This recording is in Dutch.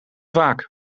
vaak